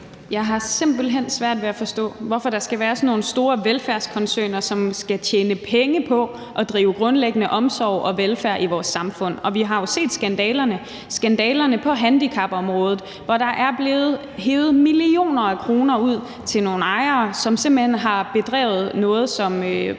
Jeg har simpelt hen svært ved at forstå, hvorfor der skal være sådan nogle store velfærdskoncerner, som skal tjene penge på at drive grundlæggende omsorg og velfærd i vores samfund. Vi har jo set skandalerne på handicapområdet, hvor der er blevet hevet millioner af kroner ud til nogle ejere, som simpelt hen har bedrevet noget, som